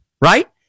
right